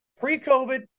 Pre-COVID